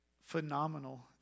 phenomenal